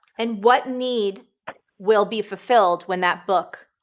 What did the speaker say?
and what need will be fulfilled when that book